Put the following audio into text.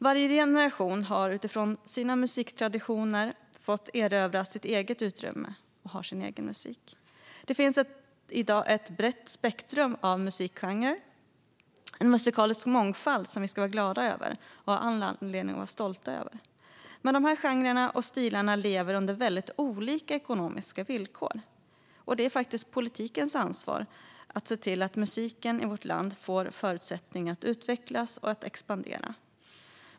Varje generation har utifrån sina musiktraditioner fått erövra sitt eget utrymme och har sin egen musik. Det finns i dag ett brett spektrum av musikgenrer och en musikalisk mångfald som vi ska vara glada över och har all anledning att vara stolta över. Men de här genrerna och stilarna lever under väldigt olika ekonomiska villkor. Det är faktiskt politikens ansvar att musiken i vårt land får förutsättningar att utvecklas och expandera.